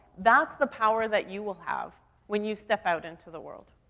that's the power that you will have when you step out into the world.